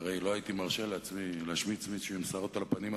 הרי לא הייתי מרשה לעצמי להשמיץ מישהו עם שערות על הפנים,